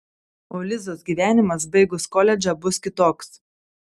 o lizos gyvenimas baigus koledžą bus kitoks